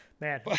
Man